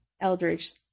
eldridge